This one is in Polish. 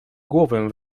głowę